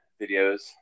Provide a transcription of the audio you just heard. videos